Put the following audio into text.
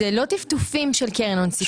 זה לא "טפטופים" של קרן הון סיכון.